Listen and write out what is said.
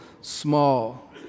small